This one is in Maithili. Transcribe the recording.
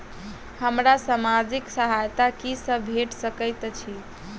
हमरा सामाजिक सहायता की सब भेट सकैत अछि?